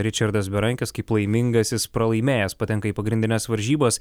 ričardas berankis kaip laimingasis pralaimėjęs patenka į pagrindines varžybas